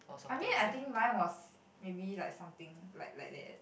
I mean I think mine was maybe like something like like that